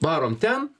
varom ten